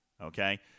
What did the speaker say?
okay